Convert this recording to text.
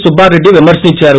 Subbareddy విమర్శిందారు